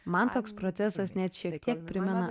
man toks procesas net šiek tiek primena